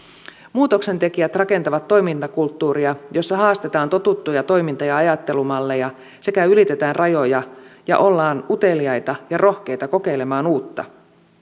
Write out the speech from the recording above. muutoksentekijät rakentavat toimintakulttuuria jossa haastetaan totuttuja toiminta ja ajattelumalleja sekä ylitetään rajoja ja ollaan uteliaita ja rohkeita kokeilemaan uutta